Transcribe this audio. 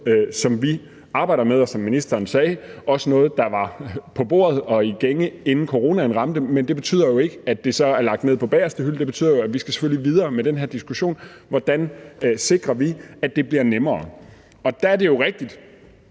som vi arbejder med, og, som ministeren sagde, også noget, der var på bordet og i gænge, inden coronaen ramte. Men det betyder jo ikke, at det så er lagt på bagerste hylde. Det betyder, at vi selvfølgelig skal videre med den her diskussion af, hvordan vi sikrer, at det bliver nemmere. Fru Marie Krarup spurgte